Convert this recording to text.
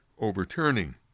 overturning